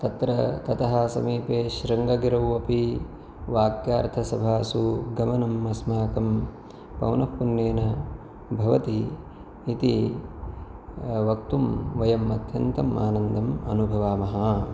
तत्र ततः समीपे शृङ्गगिरौ अपि वाक्यार्थंसभासु गमनमस्माकं पौनःपुन्येन भवति इति वक्तुं वयम् अत्यन्तम् आनन्दम् अनुभवामः